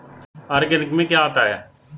Organic में क्या क्या आता है?